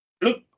look